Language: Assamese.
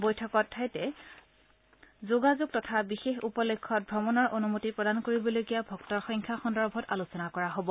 বৈঠকত ঠাইতে যোগাযোগ তথা বিশেষ উপলক্ষ্যত ভ্ৰমণৰ অনুমতি প্ৰদান কৰিবলগীয়া ভক্তৰ সংখ্যা সন্দৰ্ভত আলোচনা কৰা হ'ব